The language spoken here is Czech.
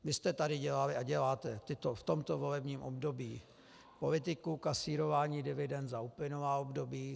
Vy jste tady dělali a děláte v tomto volebním období politiku kasírování dividend za uplynulá období.